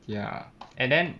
ya and then